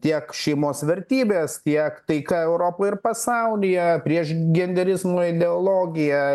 tiek šeimos vertybės tiek taika europoj ir pasaulyje prieš genderizmo ideologiją